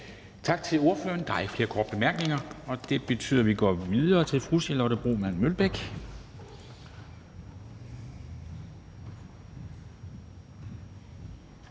Tak til ordføreren. Der er ikke flere korte bemærkninger, og det betyder, at vi går videre til fru Charlotte Broman Mølbæk,